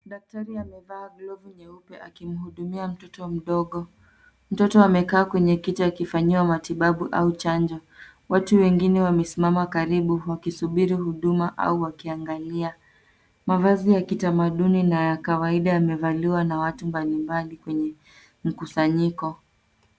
Daktari amevaa glovu nyeupe akimhudumia mtoto mdogo. Mtoto amekaa kwenye kiti akifayiwa matibabu au chanjo . Watu wengine wamesimama karibu, wakisubiri huduma au wakiangalia. Mavazi ya kitamaduni na ya kawaida yamevaliwa na watu mbalimbali kwenye mkusanyiko.